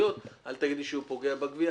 אני לא שמעתי אותו מתנגד.